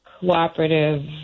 cooperative